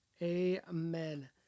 amen